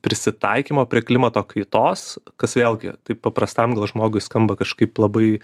prisitaikymo prie klimato kaitos kas vėlgi tai paprastam žmogui skamba kažkaip labai